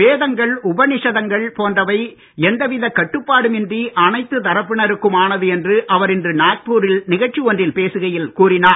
வேதங்கள் உபநிஷதங்கள் போன்றவை எந்தவிதக் கட்டுப்பாடும் இன்றி அனைத்து தரப்பினருக்குமானது என்று அவர் இன்று நாக்பூரில் நிகழ்ச்சி ஒன்றில் பேசுகையில் கூறினார்